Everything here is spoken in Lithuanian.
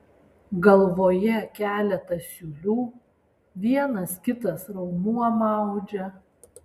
galvoje keletas siūlių vienas kitas raumuo maudžia